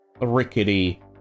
rickety